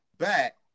back